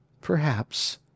Perhaps